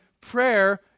prayer